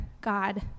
God